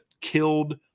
killed